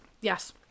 Yes